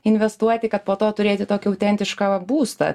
investuoti kad po to turėti tokį autentišką būstą